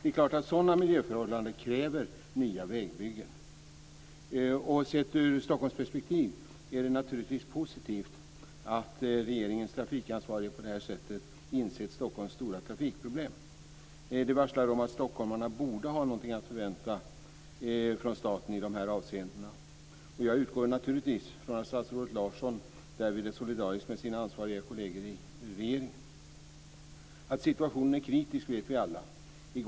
Det är klart att sådana miljöförhållanden kräver nya vägbyggen. Sett ur Stockholmsperspektiv är det naturligtvis positivt att regeringens trafikansvarige på det här sättet insett Stockholms stora trafikproblem. Det varslar om att Stockholmarna borde ha någonting att förvänta från staten i dessa avseenden. Jag utgår naturligtvis från att statsrådet Larsson därvid är solidarisk med sina ansvariga kolleger i regeringen. Att situationen är kritisk vet vi alla.